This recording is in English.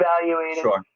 Sure